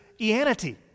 eanity